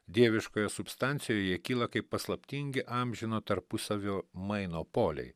dieviškoje substancijoje jie kyla kaip paslaptingi amžino tarpusavio maino poliai